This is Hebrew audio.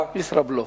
ישראבלוף.